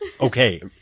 okay